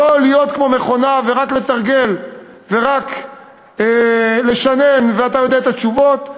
לא להיות כמו מכונה ורק לתרגל ורק לשנן ואתה יודע את התשובות,